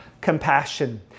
compassion